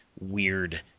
weird